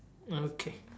okay